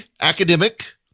academic